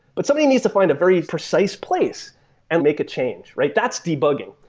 but something needs to find a very precise place and make a change, right? that's debugging.